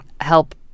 help